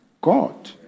God